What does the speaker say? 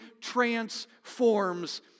transforms